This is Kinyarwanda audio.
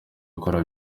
gukora